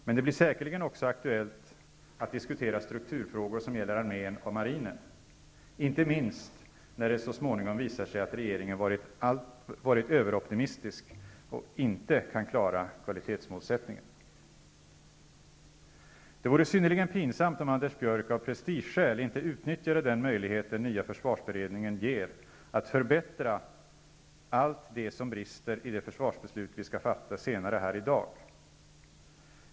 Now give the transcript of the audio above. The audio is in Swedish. Men det blir säkerligen också aktuellt att diskutera strukturfrågor som gäller armén och marinen, inte minst när det så småningom visar sig att regeringen varit överoptimistisk och inte kan klara kvalitetsmålsättningen. Det vore synnerligen pinsamt om Anders Björck av prestigeskäl inte utnyttjade den möjlighet den nya försvarsberedningen ger att förbättra allt det som brister i det försvarsbeslut vi skall fatta senare här i dag.